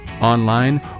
online